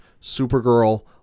Supergirl